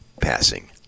passing